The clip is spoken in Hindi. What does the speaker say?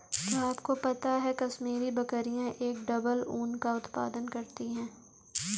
क्या आपको पता है कश्मीरी बकरियां एक डबल ऊन का उत्पादन करती हैं?